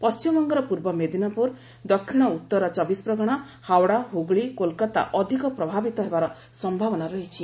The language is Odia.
ପଣ୍ଢିମବଙ୍ଗର ପୂର୍ବ ମେଦିନାପୁର ଦକ୍ଷିଣ ଉତ୍ତର ଚବିଶପ୍ରଗଣା ହାୱଡ଼ା ହୁଗୁଳି କୋଲ୍କାତା ଅଧିକ ପ୍ରଭାବିତ ହେବାର ସମ୍ଭାବନା ରହିଛି